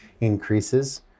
increases